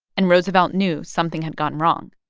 and roosevelt knew something had gone wrong.